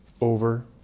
over